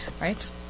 right